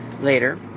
later